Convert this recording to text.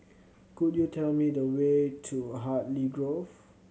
could you tell me the way to Hartley Grove